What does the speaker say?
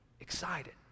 excited